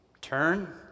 Turn